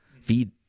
feed